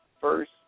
first